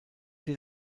der